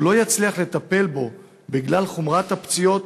לא יצליח לטפל בו בגלל חומרת הפציעות,